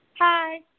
Hi